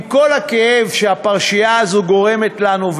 עם כל הכאב שהפרשייה הזאת גורמת לנו,